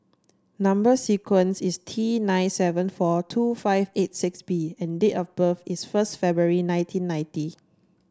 number sequence is T nine seven four two five eight six B and date of birth is first February nineteen ninety